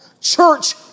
Church